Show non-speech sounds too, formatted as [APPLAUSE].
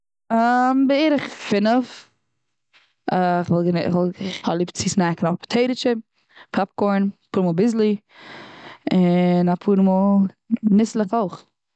בערך פינעך. [HESITATION] [UNINTELLIGIBLE] כ'האב ליב צו סנעקן אויף פאטעיטע טשיפס, פאפ קארן, אפאר מאל ביזלי, און אפאר מאל ניסלעך אויך.